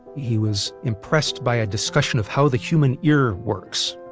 he was impressed by a discussion of how the human ear works.